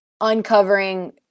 uncovering